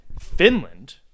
Finland